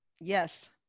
Yes